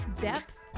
depth